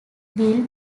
will